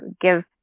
give